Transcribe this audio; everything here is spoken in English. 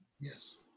Yes